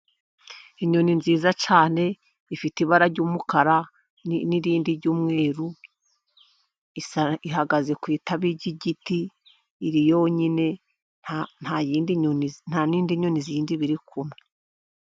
Inyoni nziza cyane, ifite ibara ry'umukara, n'irindi ry'umweru, ihagaze ku itabi ry'igiti, iri yonyine nta yindi nyoni biri kumwe.